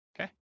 Okay